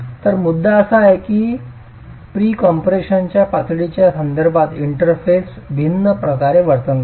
तर मुद्दा असा आहे की प्री कॉम्प्रेशनच्या पातळीच्या संदर्भात इंटरफेस भिन्न प्रकारे वर्तन करेल